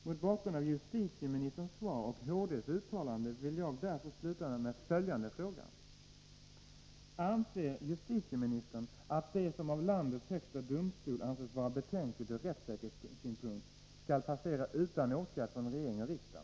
Mot bakgrund av justitieministerns svar och HD:s uttalande vill jag sluta med följande fråga: Anser justitieministern att det som av landets högsta domstol anses vara betänkligt ur rättssäkerhetssynpunkt skall passera utan åtgärd från regering och riksdag?